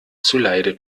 zuleide